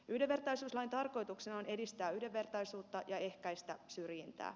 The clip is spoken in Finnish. yhdenvertaisuuslain tarkoituksena on edistää yhdenvertaisuutta ja ehkäistä syrjintää